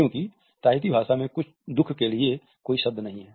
क्योंकि ताहिती भाषा में दुख के लिए कोई शब्द नहीं है